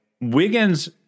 Wiggins